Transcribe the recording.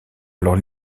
alors